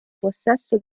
possesso